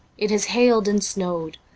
it has hailed and snowed.